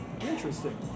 Interesting